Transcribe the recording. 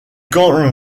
quand